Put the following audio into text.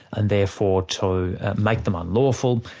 and therefore to make them unlawful,